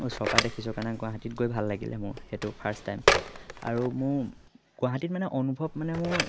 ওচৰৰপৰা দেখিছোঁ কাৰণে গুৱাহাটীত গৈ ভাল লাগিলে মোৰ সেইটো ফাৰ্ষ্ট টাইম আৰু মোৰ গুৱাহাটীত মানে অনুভৱ মানে মোৰ